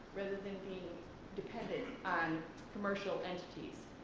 rather than being dependent on commercial entities.